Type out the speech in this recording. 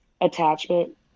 attachment